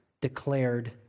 declared